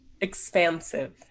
expansive